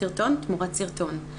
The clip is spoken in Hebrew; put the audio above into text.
סרטון תמורת סרטון.